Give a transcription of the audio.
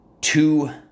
two